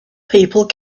people